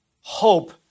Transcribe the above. hope